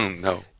No